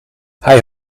hij